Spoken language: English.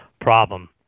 problem